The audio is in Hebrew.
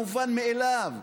המובן מאליו.